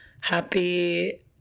happy